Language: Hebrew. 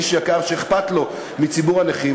איש יקר שאכפת לו מציבור הנכים,